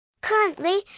Currently